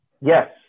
Yes